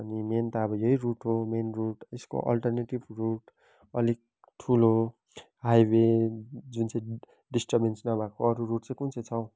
अनि मेन त अब यही रुट हो मेन रुट यसको अल्टरनेटिभ रुट अलिक ठुलो हाइवे जुन चाहिँ डिस्टर्बेन्स नभएको अरू रुट चाहिँ कुन चाहिँ छ हो